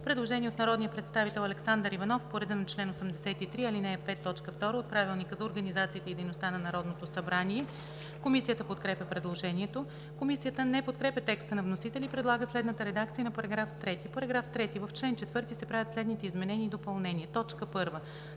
Предложение на народния представител Александър Иванов по реда на чл. 83, ал. 5, т. 2 от Правилника за организацията и дейността на Народното събрание. Комисията подкрепя предложението. Комисията не подкрепя текста на вносителя и предлага следната редакция за § 3: „§ 3. В чл. 4 се правят следните изменения и допълнения: 1.